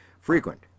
frequent